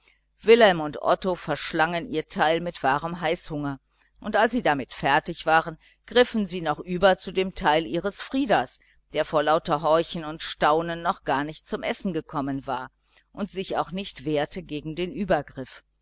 wilhelm und otto verschlangen ihr teil mit wahrem heißhunger und als sie damit fertig waren griffen sie noch über zu dem teil ihres frieders der vor horchen und staunen noch gar nicht ans essen gekommen war und sich auch nicht wehrte gegen den übergriff